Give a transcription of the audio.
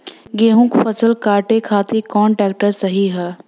गेहूँक फसल कांटे खातिर कौन ट्रैक्टर सही ह?